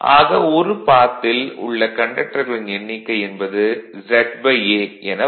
ஆக ஒரு பாத் ல் உள்ள கண்டக்டர்களின் எண்ணிக்கை என்பது ZA என வரும்